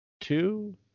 two